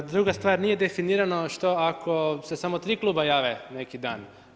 Druga stvar, nije definirano što ako se samo tri kluba jave neki dan?